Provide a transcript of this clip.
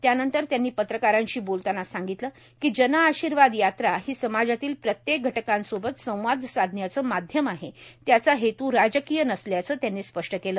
त्यानंतर त्यांनी पत्रकारांशी बोलताना सांगितलं की जनआशीर्वाद यात्रा ही समाजातील प्रत्येक घटकांसोबत संवाद साधण्याचं माध्यम आहे त्याचा हेत राजकीय नसल्याचं त्यांनी स्पष्ट केलं